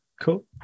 Cool